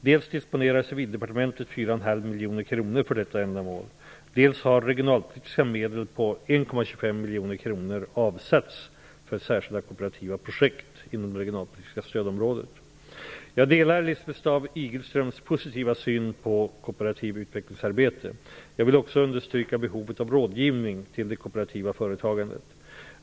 Dels disponerar Civildepartementet 4,5 miljoner kronor för detta ändamål, dels har regionalpolitiska medel på 1,25 Jag delar Lisbeth Staaf-Igelströms positiva syn på kooperativt utvecklingsarbete. Jag vill också understryka behovet av rådgivning till det kooperativa företagandet.